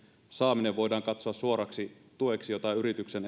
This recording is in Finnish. saaminen voidaan katsoa suoraksi tueksi jota yrityksen